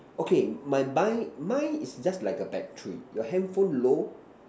okay my mind mind is just like a battery your handphone low